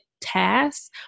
tasks